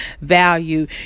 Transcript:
value